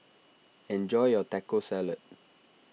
enjoy your Taco Salad